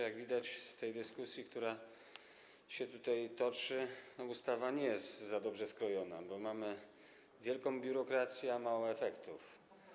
Jak widać z tej dyskusji, która się tutaj toczy, ustawa nie jest za dobrze skrojona, bo mamy wielką biurokrację, a mało efektów.